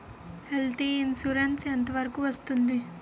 Health insurance ఎంత వరకు వస్తుంది?